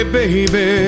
baby